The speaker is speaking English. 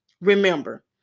Remember